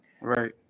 Right